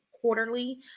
quarterly